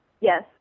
Yes